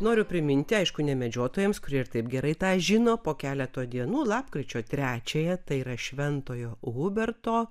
noriu priminti aišku ne medžiotojams kurie taip gerai tą žino po keleto dienų lapkričio trečiąją tai yra šventojo huberto